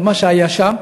את מה שהיה שם.